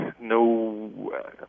no